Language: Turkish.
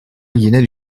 yine